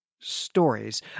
stories